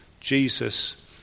Jesus